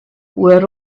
were